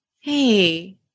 Hey